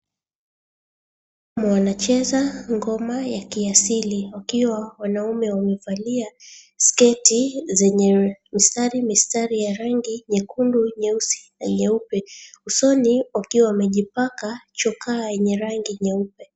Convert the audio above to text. Wanacheza ngoma ya kiasili wakiwa wanaume wamevalia sketi zenye mistari mistari ya rangi nyekundu, nyeusi, nyeupe. Usoni wakiwa wamejipaka chokaa yenye rangi nyeupe.